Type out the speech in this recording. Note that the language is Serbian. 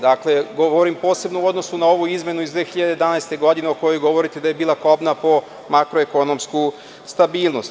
Dakle, govorim posebno u odnosu na ovu izmenu iz 2011. godine, o kojoj govorite da je bila kobna po makroekonomsku stabilnost.